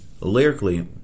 lyrically